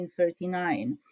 1939